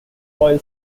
royal